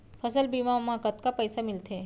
फसल बीमा म कतका पइसा मिलथे?